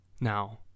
Now